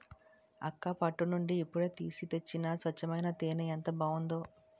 అక్కా పట్టు నుండి ఇప్పుడే తీసి తెచ్చిన స్వచ్చమైన తేనే ఎంత బావుందో